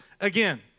again